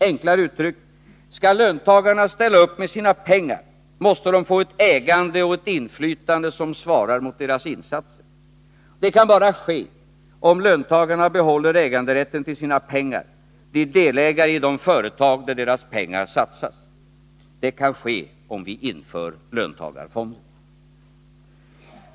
Enklare uttryckt: Skall löntagarna ställa upp med sina pengar, måste de få ett ägande och inflytande som svarar mot deras insatser. Det kan bara ske om löntagarna behåller äganderätten till sina pengar, blir delägare i de företag där deras pengar satsas. Det kan ske om vi inför löntagarfonder.